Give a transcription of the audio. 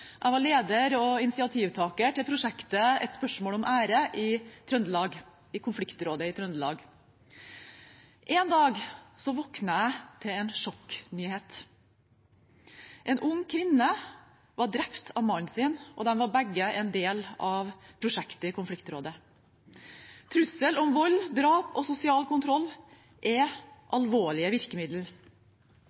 Jeg var leder og initiativtaker til prosjektet «Et spørsmål om ære?» i konfliktrådet i Trøndelag. En dag våknet jeg til en sjokknyhet. En ung kvinne var drept av mannen sin, og de var begge en del av prosjektet i konfliktrådet. Trussel om vold, drap og sosial kontroll er alvorlige